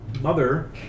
mother